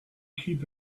keep